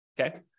Okay